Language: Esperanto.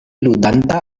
ludanta